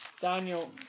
Daniel